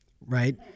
right